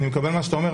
אני מקבל מה שאתה אומר,